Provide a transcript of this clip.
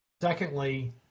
Secondly